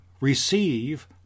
receive